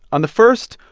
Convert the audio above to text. on the first,